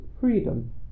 freedom